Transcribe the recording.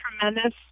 tremendous